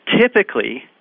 typically